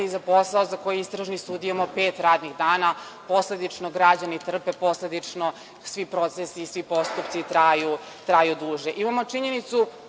za posao za koji je istražni sudija imao pet radnih dana. Posledično građani trpe, posledično svi procesi i svi postupci traju duže. Imamo